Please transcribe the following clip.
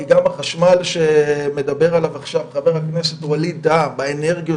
כי גם החשמל שמדבר עליו עכשיו חבר הכנסת ווליד טאהא באנרגיות